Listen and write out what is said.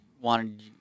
wanted